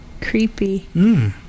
Creepy